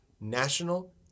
National